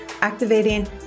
activating